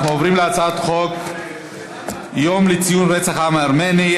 אנחנו עוברים להצעת חוק יום לציון רצח העם הארמני,